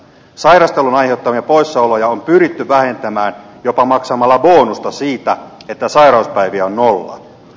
sairastelun aiheuttamia poissaoloja on pyritty vähentämään jopa maksamalla bonusta siitä että sairauspäiviä on nolla